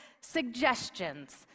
Suggestions